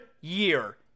year